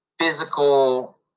Physical